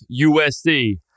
USC